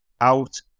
out